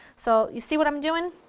so you see what i'm doing?